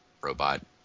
robot